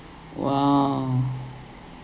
!wow!